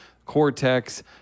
cortex